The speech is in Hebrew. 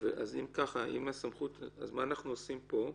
מה אנחנו עושים פה?